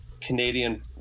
Canadian